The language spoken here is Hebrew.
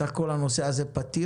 סך הכול הנושא הזה פתיר.